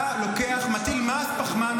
אתה מטיל מס פחמן,